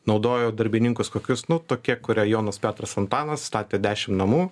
naudojau darbininkus kokius nu tukie kurie jonas petras antanas statė dešim namų